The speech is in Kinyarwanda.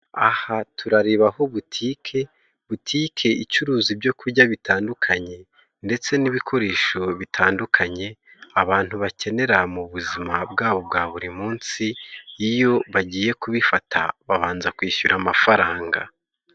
Aha turarebaho butike butike icuruza ibyo kurya bitandukanye, ndetse n'ibikoresho bitandukanye abantu bakenera mu buzima bwabo bwa buri munsi, iyo bagiye kubifata babanza kwishyura amafaranga.